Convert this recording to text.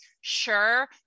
sure